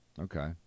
Okay